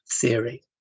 theory